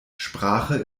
sprache